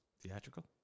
Theatrical